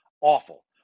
Awful